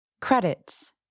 Credits